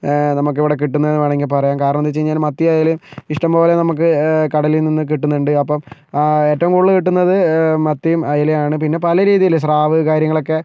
നമുക്ക് ഇവിടെ കിട്ടുന്നത് എന്ന് വേണമെങ്കിൽ പറയാം കാരണം എന്ന് വെച്ച് കഴിഞ്ഞാൽ മത്തിയായാലും ഇഷ്ടംപോലെ നമുക്ക് കടലിൽ നിന്ന് കിട്ടുന്നുണ്ട് അപ്പോൾ ഏറ്റവും കൂടുതൽ കിട്ടുന്നത് മത്തിയും അയലയുമാണ് പിന്നെ പല രീതിയില് സ്രാവ് കാര്യങ്ങളൊക്കെ